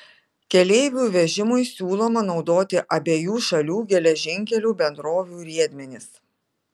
keleivių vežimui siūloma naudoti abiejų šalių geležinkelių bendrovių riedmenis